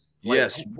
yes